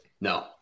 No